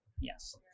yes